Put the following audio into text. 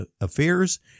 affairs